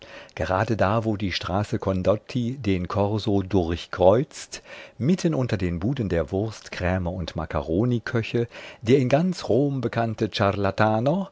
gerade da wo die straße condotti den korso durchkreuzt mitten unter den buden der wurstkrämer und makkaroniköche der in ganz rom